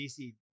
dc